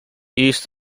east